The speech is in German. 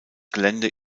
gelände